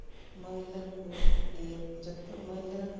ᱢᱟᱹᱭᱞᱟᱹᱠᱩ ᱤᱭᱟᱹ ᱡᱚᱛᱚ ᱢᱟᱹᱭᱞᱟᱹ